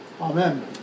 Amen